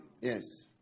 Yes